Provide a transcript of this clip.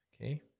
Okay